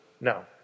No